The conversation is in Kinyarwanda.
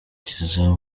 berekeza